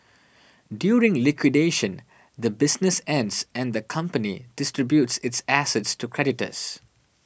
during liquidation the business ends and the company distributes its assets to creditors